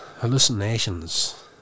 hallucinations